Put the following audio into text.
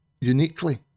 uniquely